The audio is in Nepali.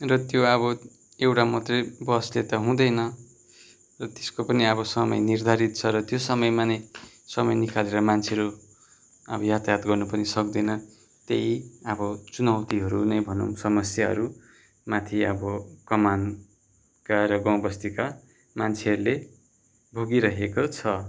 र त्यो अब एउटा मात्रै बसले त हुँदैन र त्यसको पनि अब समय निर्धारित छ र त्यो समयमा नै समय निकालेर मान्छेहरू अब यातायात गर्नु पनि सक्दैन त्यही अब चुनौतीहरू नै भनौँ समस्याहरूमाथि अब कमानका र गाउँ बस्तीका मान्छेहरूले भोगिरहेको छ